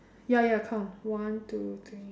ya ya count one two three